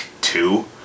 two